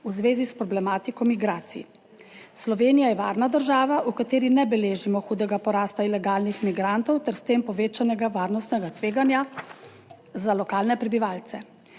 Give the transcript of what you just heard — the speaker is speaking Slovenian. v zvezi s problematiko migracij. Slovenija je varna država, v kateri ne beležimo hudega porasta ilegalnih migrantov ter s tem povečanega varnostnega tveganja za lokalne prebivalce.